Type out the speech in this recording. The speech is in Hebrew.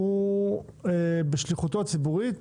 בשליחותו הציבורית,